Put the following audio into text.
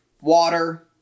Water